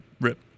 Rip